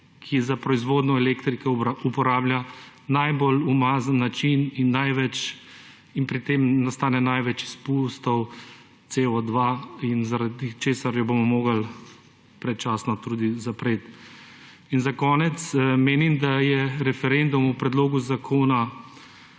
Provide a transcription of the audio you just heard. ki za proizvodnjo elektrike uporablja najbolj umazan način in pri tem nastane največ izpustov Co2 in zaradi česar jo bomo morali predčasno tudi zapreti. In za konec, menim, da je referendum o predlogu Zakona